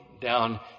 down